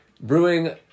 brewing